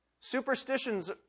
Superstitions